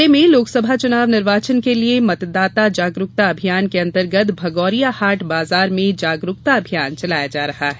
जिले में लोकसभा चुनाव निर्वाचन के लिए मतदाता जागरूकता अभियान के अंतर्गत भगौरिया हाट बाजार में जागरूकता अभियान चलाया जा रहा है